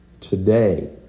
Today